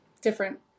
different